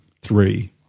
three